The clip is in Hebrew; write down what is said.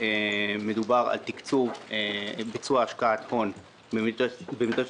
מדובר על חברה ממשלתית בבעלות משותפת עם יד בן-גוריון